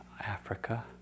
Africa